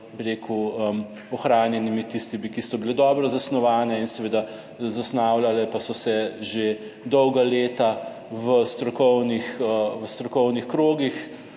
bi rekel, ohranjenimi, tistimi, ki so bile dobro zasnovane in seveda zasnavljale pa so se že dolga leta v strokovnih krogih